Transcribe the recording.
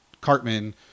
Cartman